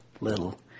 little